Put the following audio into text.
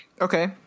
Okay